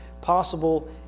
possible